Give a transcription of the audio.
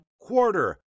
quarter